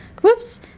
Whoops